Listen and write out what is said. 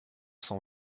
cent